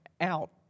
out